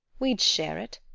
we'd share it,